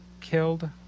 killed